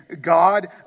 God